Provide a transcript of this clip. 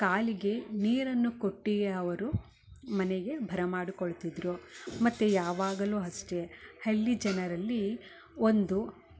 ಕಾಲಿಗೆ ನೀರನ್ನು ಕೊಟ್ಟು ಅವರು ಮನೆಗೆ ಬರ ಮಾಡ್ಕೊಳ್ತಿದ್ದರು ಮತ್ತು ಯಾವಾಗಲು ಅಷ್ಟೆ ಅಲ್ಲಿ ಜನರಲ್ಲಿ ಒಂದು